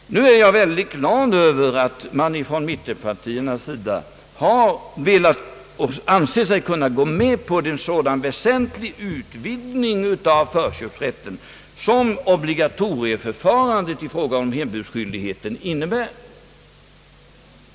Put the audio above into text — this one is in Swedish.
Nu är jag utomordentligt glad över att man från mittenpartiernas sida anser sig kunna gå med på en sådan väsentlig utvidgning av förköpsrätten som obligatorieförfarandet i fråga om hembudsskyldigheten innebär.